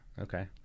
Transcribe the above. Okay